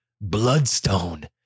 bloodstone